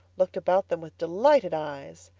looked about them with delighted eyes.